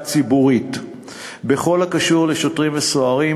ציבורית בכל הקשור לשוטרים וסוהרים,